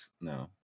No